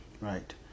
right